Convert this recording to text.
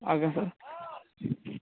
ଆଜ୍ଞା ସାର୍